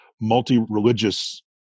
multi-religious